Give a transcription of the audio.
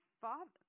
father